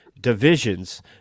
divisions